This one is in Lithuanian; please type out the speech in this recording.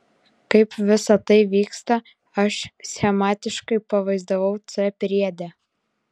kaip visa tai vyksta aš schematiškai pavaizdavau c priede